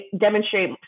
demonstrate